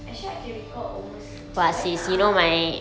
actually I can recall almost banyak ah